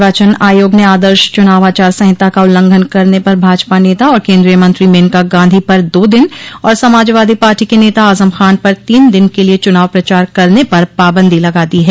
निर्वाचन आयोग ने आदर्श चुनाव आचार संहिता का उल्लंघन करने पर भाजपा नेता और केन्द्रीय मंत्री मेनका गांधी पर दो दिन और समाजवादी पार्टी के नेता आज़म खान पर तीन दिन के लिये चुनाव प्रचार करने पर पाबंदी लगा दी है